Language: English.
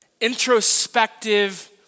introspective